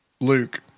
Luke